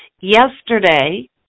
Yesterday